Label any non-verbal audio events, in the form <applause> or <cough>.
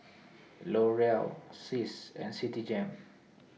<noise> L'Oreal Sis and Citigem